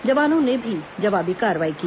जवानों ने भी जवाबी कार्रवाई की